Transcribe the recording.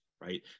right